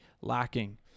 lacking